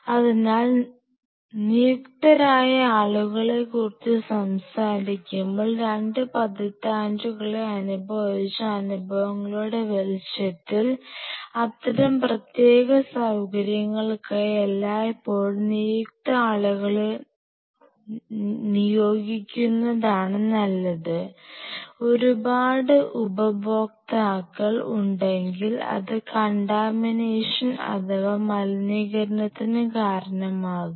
അതിനാൽ നിയുക്തരായ ആളുകളെക്കുറിച്ച് സംസാരിക്കുമ്പോൾ 2 പതിറ്റാണ്ടുകളായി അനുഭവിച്ച അനുഭവങ്ങളുടെ വെളിച്ചത്തിൽ അത്തരം പ്രത്യേക സൌകര്യങ്ങൾക്കായി എല്ലായ്പ്പോഴും നിയുക്ത ആളുകളെ നിയോഗിക്കുന്നതാണ് നല്ലതു ഒരുപാട് ഉപഭോക്താക്കൾ ഉണ്ടെങ്കിൽ അത് കണ്ടാമിനേഷൻ അഥവാ മലിനീകരണത്തിന് കാരണമാകും